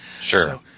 Sure